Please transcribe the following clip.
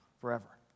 forever